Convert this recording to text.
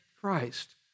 Christ